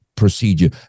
procedure